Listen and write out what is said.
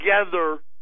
together